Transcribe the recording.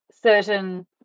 certain